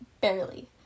barely